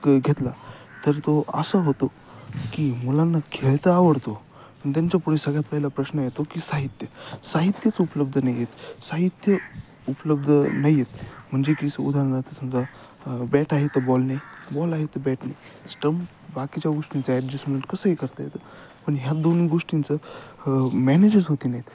क घेतला तर तो असं होतो की मुलांना खेळच आवडतो पण त्यांच्यापुढे सगळ्यात पहिला प्रश्न येतो की साहित्य साहित्यच उपलब्ध नाही आहेत साहित्य उपलब्ध नाही आहेत म्हणजे की स उदाहरणार्थ समजा बॅट आहेत बॉल नाही बॉल आहे तर बॅट नाही स्टम्प बाकीच्या गोष्टींचा ॲडजस्टमेंट कसंही करता येतं पण ह्या दोन गोष्टींचं मॅनेजच होत नाहीत